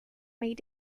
made